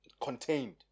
contained